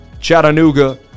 Chattanooga